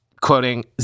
quoting